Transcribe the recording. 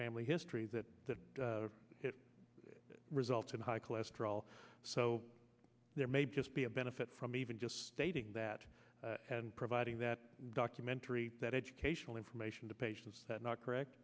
family history that that it results in high cholesterol so there may be just be a benefit from even just stating that and providing that documentary that educational information to patients that not correct